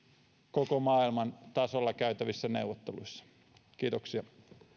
koko maailman tasolla käytävissä neuvotteluissa kiitoksia